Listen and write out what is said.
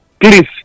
Please